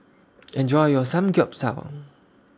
Enjoy your Samgeyopsal